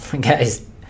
Guys